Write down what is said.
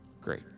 Great